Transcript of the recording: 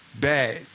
Bad